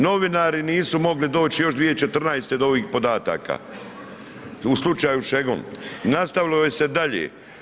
Novinari nisu mogli doći još 2014. do ovih podataka u slučaju Šegon i nastavilo se je dalje.